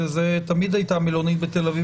זה תמיד הייתה מלונית בתל אביב,